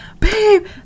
Babe